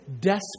desperate